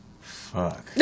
Fuck